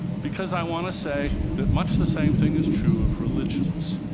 because i want to say that much the same thing is true of religions.